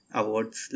awards